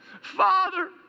Father